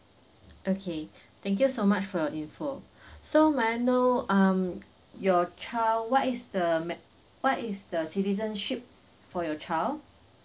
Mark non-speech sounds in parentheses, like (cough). okay thank you so much for your info (breath) so may I know um your child what is the me~ what is the citizenship for your child